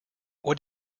what